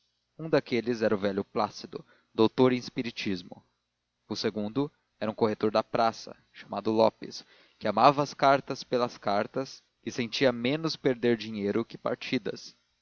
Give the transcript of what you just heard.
um daqueles era o velho plácido doutor em espiritismo o segundo era um corretor da praça chamado lopes que amava as cartas pelas cartas e sentia menos perder dinheiro que partidas